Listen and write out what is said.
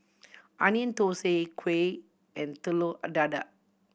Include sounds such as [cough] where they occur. Onion Thosai kuih and telur [unintelligible] dadah